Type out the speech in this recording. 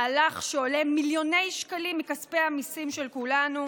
מהלך שעולה מיליוני שקלים מכספי המיסים של כולנו,